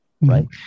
Right